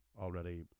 already